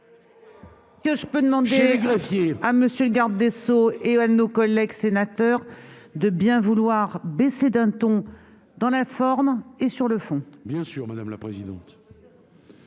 Je demande à M. le garde des Sceaux et à nos collègues sénateurs de bien vouloir baisser d'un ton dans la forme et sur le fond. Bien sûr, madame la présidente.